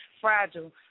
fragile